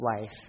life